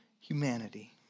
humanity